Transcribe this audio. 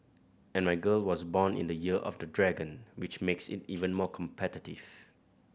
and my girl was born in the Year of the Dragon which makes it even more competitive